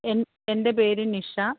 N എൻ്റെ പേര് നിഷ